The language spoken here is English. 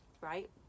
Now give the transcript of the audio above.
right